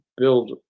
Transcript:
build